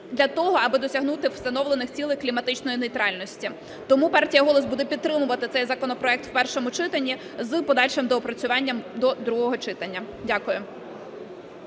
для того, аби досягнути встановлених цілей кліматичної нейтральності. Тому партія "Голос" буде підтримувати цей законопроект в першому читанні з подальшим доопрацювання до другого читання. Дякую.